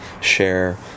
share